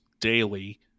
daily